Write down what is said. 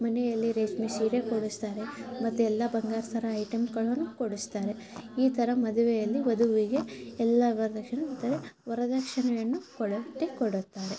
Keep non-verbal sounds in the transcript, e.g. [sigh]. ಮನೆಯಲ್ಲಿ ರೇಷ್ಮೆ ಸೀರೆ ಕೊಡಿಸ್ತಾರೆ ಮತ್ತು ಎಲ್ಲ ಬಂಗಾರ ಸರ ಐಟಮ್ಗಳನ್ನು ಕೊಡಿಸ್ತಾರೆ ಈ ಥರ ಮದುವೆಯಲ್ಲಿ ವಧುವಿಗೆ ಎಲ್ಲ ವರದಕ್ಷಿಣೆ [unintelligible] ವರದಕ್ಷಿಣೆಯನ್ನು ಕೊಡುತ್ತೆ ಕೊಡುತ್ತಾರೆ